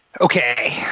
Okay